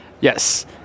Yes